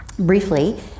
Briefly